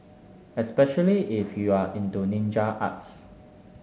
especially if you are into ninja arts